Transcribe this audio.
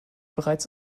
bereits